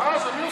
כלום.